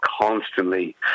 constantly